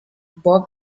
bob